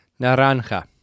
naranja